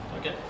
Okay